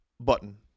Button